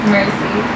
Mercy